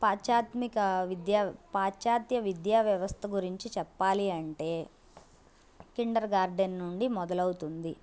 పాస్చ్యాత్మిక విద్య పశ్చాత్య విద్య వ్యవస్త గురించి చెప్పాలి అంటే కిండర్గార్డెన్ నుండి మొదలవుతుంది